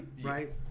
right